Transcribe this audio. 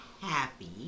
happy